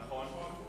נכון.